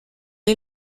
est